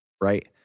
right